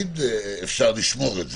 תמיד אפשר לשמור את זה.